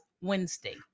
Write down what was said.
wednesday